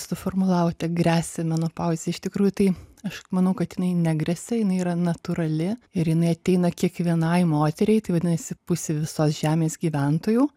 suformulavote gresia menopauzė iš tikrųjų tai aš manau kad jinai negresia jinai yra natūrali ir jinai ateina kiekvienai moteriai tai vadinasi pusė visos žemės gyventojų